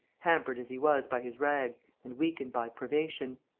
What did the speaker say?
hampered as he was by his rags and weakened by privation.